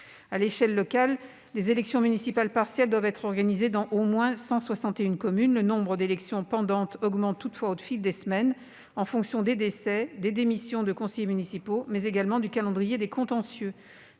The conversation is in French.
À l'échelle locale, des élections municipales partielles doivent être organisées dans 161 communes au moins. Le nombre d'élections pendantes augmente toutefois au fil des semaines, en fonction des décès, des démissions de conseillers municipaux, mais également du calendrier des contentieux.